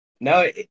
No